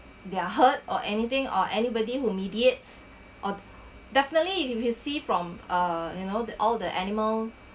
they're hurt or anything or anybody who mediates or definitely if you see from uh you know the all the animal